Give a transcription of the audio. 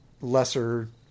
lesser